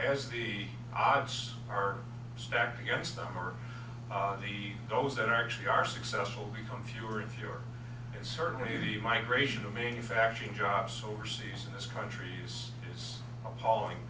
as the odds are stacked against them or those that actually are successful become fewer and fewer and certainly the migration of manufacturing jobs overseas in this country is appalling